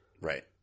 Right